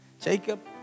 Jacob